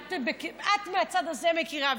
ואת מהצד הזה מכירה,